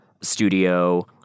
studio